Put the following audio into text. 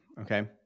Okay